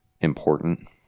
important